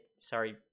sorry